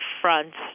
fronts